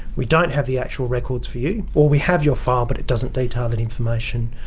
we don't have the actual records for you or we have your file but it doesn't detail that information,